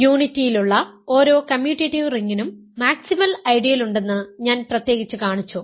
യൂണിറ്റിയിലുള്ള ഓരോ കമ്മ്യൂട്ടേറ്റീവ് റിംഗിനും മാക്സിമൽ ഐഡിയലുണ്ടെന്ന് ഞാൻ പ്രത്യേകിച്ച് കാണിച്ചു